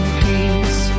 peace